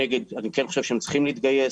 אני כן שהם חושב שהם צריכים להתגייס.